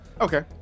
Okay